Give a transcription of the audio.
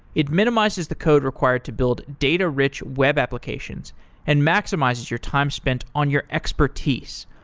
it minimizes the code required to build data-rich web applications and maximizes your time spent on your expertise.